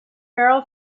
girl